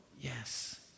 yes